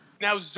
Now